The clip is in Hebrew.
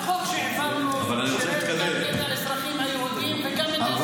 החוק שהעברנו שירת גם את האזרחים היהודים וגם את האזרחים הערבים.